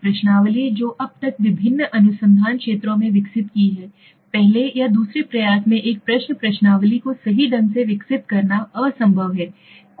प्रश्नावली जो अब तक विभिन्न अनुसंधान क्षेत्रों में विकसित की है पहले या दूसरे प्रयास में एक प्रश्न प्रश्नावली को सही ढंग से विकसित करना असंभव है